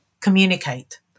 Communicate